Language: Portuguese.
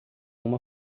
uma